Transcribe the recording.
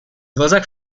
глазах